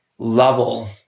level